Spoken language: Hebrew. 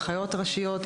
אחיות ראשיות,